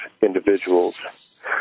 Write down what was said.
individuals